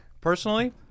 Personally